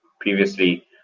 previously